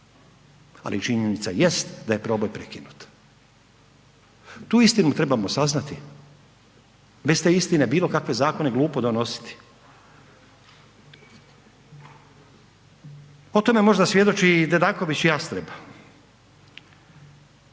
Ali, činjenica jest da je proboj prekinut. Tu istinu trebamo saznati. Bez te istine bilo kakve zakone je glupo donositi. o tome možda svjedoči i Dedaković Jastreb.